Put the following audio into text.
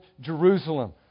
Jerusalem